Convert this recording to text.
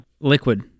liquid